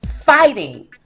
fighting